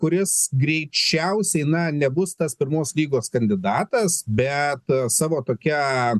kuris greičiausiai na nebus tas pirmos lygos kandidatas bet savo tokia